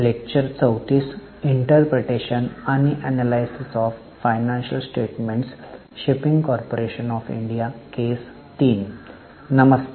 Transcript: नमस्ते